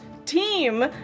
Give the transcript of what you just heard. team